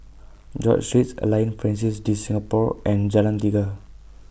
George Street Alliance Francaise De Singapour and Jalan Tiga